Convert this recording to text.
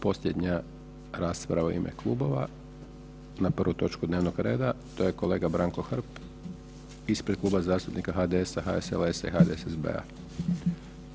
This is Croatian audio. Posljednja rasprava u ime klubova na prvu točku dnevnog reda to je kolega Branko Hrg ispred Kluba zastupnika HDS-HSLS-HDSSB-a.